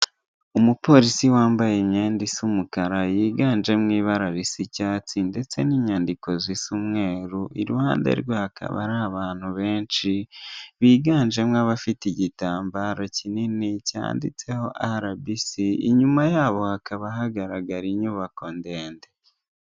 Umupolisi wambaye imyenda is' umukara, yiganjemo ibara ris' icyatsi, ndetse ninyandiko zis' umweru, iruhande rwe hakaba ar' abantu benshi ,biganjemo abafite igitambaro kinini, cyanditseho rbc inyuma yabo hakaba hagaragara inyubako ndende.